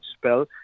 spell